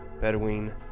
Bedouin